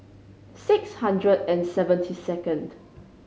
six hundred and seventy second